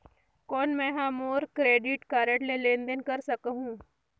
कौन मैं ह मोर क्रेडिट कारड ले लेनदेन कर सकहुं?